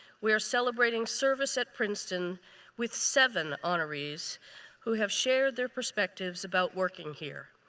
we are celebrating service at princeton with seven honorees who have shared their perspectives about working here.